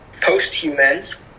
post-humans